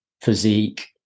physique